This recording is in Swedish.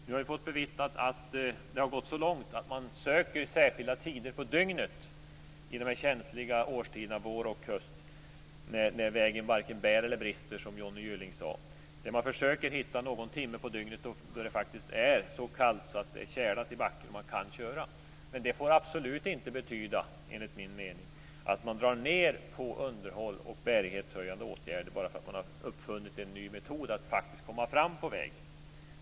Vi har ju fått bevittnat att det har gått så långt att man under de känsliga årstiderna vår och höst, då vägen varken bär eller brister som Tuve Skånberg sade, försöker hitta någon timme på dygnet då det faktiskt är så kallt att det är tjäle i backen så att man kan köra. Men det får, enligt min mening, absolut inte betyda att man drar ned på underhåll och bärighetshöjande åtgärder bara därför att man har uppfunnit en ny metod att faktiskt komma fram på vägen.